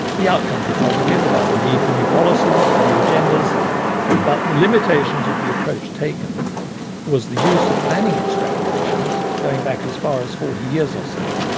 the outcomes were positive about the need for new policies and new agendas but the limitations of the approach taken was the use of planning extrapolations going back as far as forty years or so.